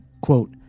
Quote